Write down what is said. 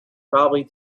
probably